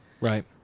Right